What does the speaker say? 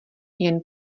jen